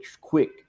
quick